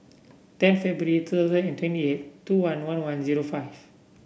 ten February two thousand and twenty eight two one one one zero five